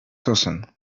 sosen